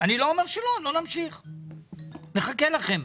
נחכה לכם.